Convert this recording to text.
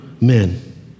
men